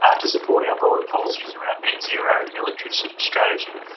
um to support our broader policies around net zero, the electricity strategy,